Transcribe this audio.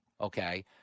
Okay